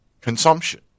consumption